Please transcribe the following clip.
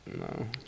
No